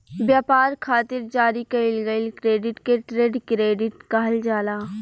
ब्यपार खातिर जारी कईल गईल क्रेडिट के ट्रेड क्रेडिट कहल जाला